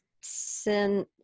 sin